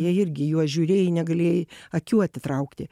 jie irgi juos žiūrėjai negalėjai akių atitraukti